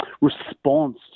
response